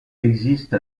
existe